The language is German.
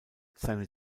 seine